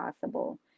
possible